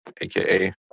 aka